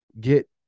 get